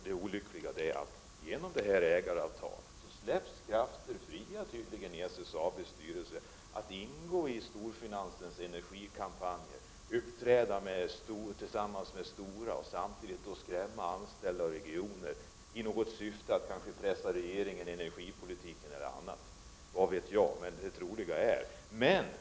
Det olyckliga är att genom detta ägaravtal krafter i SSAB:s styrelse släpps fria att ingå i storfinansens energikampanjer, uppträda tillsammans med Stora och samtidigt skrämma anställda i syfte att pressa regeringen i fråga om energipolitiken eller annat.